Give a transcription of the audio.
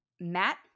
Matt